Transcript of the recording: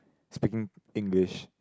speaking English